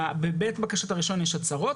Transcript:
בעת בקשת הרישיון יש הצהרות,